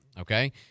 okay